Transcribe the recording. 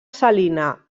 salina